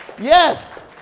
Yes